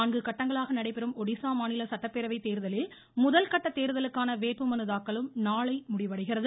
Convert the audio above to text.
நான்கு கட்டங்களாக நடைபெறும் ஒடிசா மாநில சட்டப்பேரவைத் தேர்தலில் முதல்கட்ட தோ்தலுக்கான வேட்புமனுதாக்கலும் நாளை முடிவடைகிறது